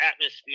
atmosphere